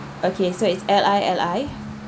okay so it's L I L I